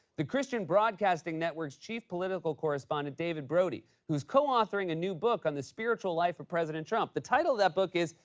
the christian broadcasting network's chief political correspondent david brody, who's co-authoring a new book on the spiritual life of president trump. the title of that book is.